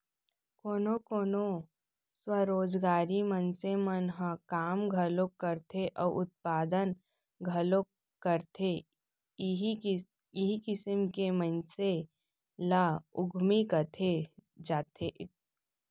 कोनो कोनो स्वरोजगारी मनसे मन ह काम घलोक करथे अउ उत्पादन घलोक करथे इहीं किसम के मनसे ल उद्यमी कहे जाथे